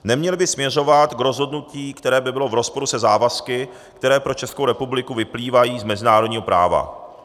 Neměly by směřovat k rozhodnutí, které by bylo v rozporu se závazky, které pro Českou republiku vyplývají z mezinárodního práva.